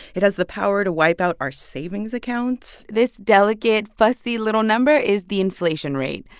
it has the power to wipe out our savings accounts this delicate, fussy little number is the inflation rate.